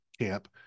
camp